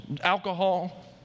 Alcohol